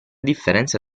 differenza